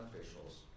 officials